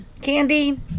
candy